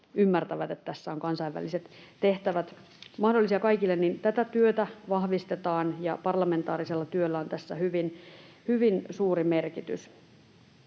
että tässä ovat kansainväliset tehtävät mahdollisia kaikille. Tätä työtä vahvistetaan, ja parlamentaarisella työllä on tässä hyvin suuri merkitys.